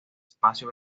espacio